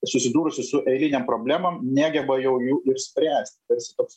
susidūrusi su eilinėm problemom negeba jau jų išspręsti tarsi toks